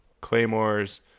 Claymores